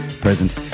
present